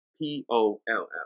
p-o-l-l